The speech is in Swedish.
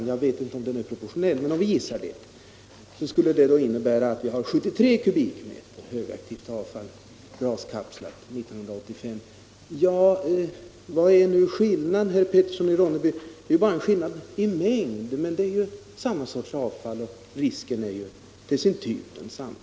Jag vet inte om avfallsmängden är proportionell mot antalet reaktorer, men vi kan anta det. I så fall har vi 73 m” högaktivt glaskapslat avfall 1985. Vad är nu skillnaden, herr Petersson? Det är bara en skillnad i mängd men samma sorts avfall. Risken är till sin typ densamma.